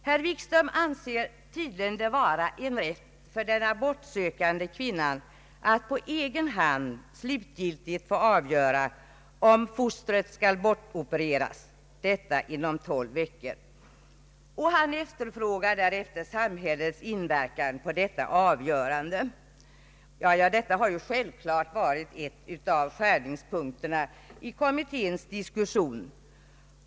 Herr Wikström anser det tydligen vara en rätt för den abortsökande kvinnan att på egen hand slutgiltigt få avgöra, om fostret skall bortopereras, detta inom tolv veckor, och han efterfrågar därefter samhällets inverkan på detta avgörande. Ja, detta har självfallet varit en av skärningspunkterna i kommitténs diskussion.